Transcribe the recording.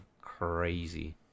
crazy